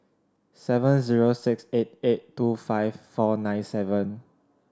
seven zero six eight eight two five four nine seven